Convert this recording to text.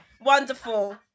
Wonderful